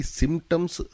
symptoms